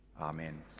Amen